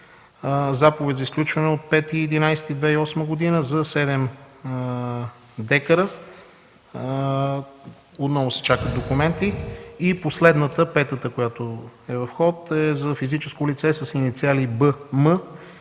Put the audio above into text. Заповедта за изключване е от 5 ноември 2008 г. за 7 декара. Отново се чакат документи. Последната, петата, която е в ход, е за физическо лице с инициали Б.М.